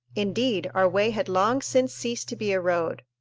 indeed, our way had long since ceased to be a road.